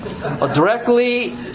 Directly